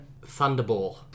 Thunderball